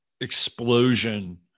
explosion